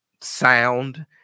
sound